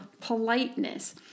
politeness